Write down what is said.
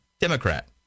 Democrat